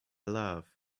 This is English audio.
love